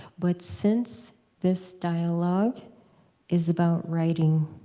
but since this dialogue is about writing,